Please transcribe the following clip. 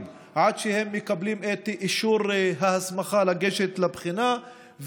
עד שהם מקבלים את אישור ההסמכה לגשת לבחינה,